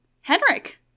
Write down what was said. Henrik